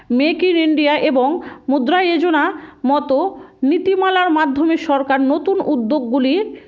make in India এবং মুদ্রা যোজনার মতো নীতিমালার মাধ্যমে সরকার নতুন উদ্যোগগুলির